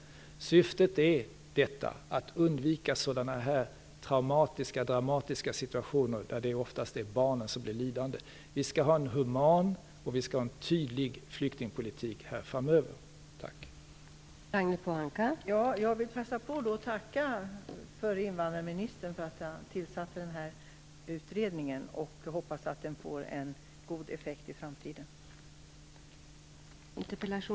Syftet är att undvika sådana här traumatiska, dramatiska situationer, där det oftast är barnen som blir lidande. Vi skall ha en human och en tydlig flyktingpolitik framöver. Tack!